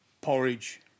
porridge